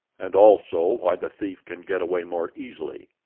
and also why the thief can get away more easily.